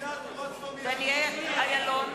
דניאל אילון,